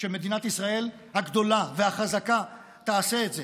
שמדינת ישראל הגדולה והחזקה תעשה את זה.